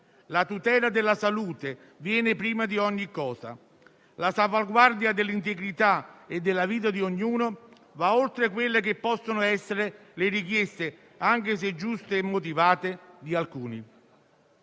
la tutela della salute viene prima di ogni cosa. La salvaguardia dell'integrità e della vita di ognuno va oltre quelle che possono essere le richieste, anche giuste e motivate, di alcuni.